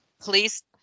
please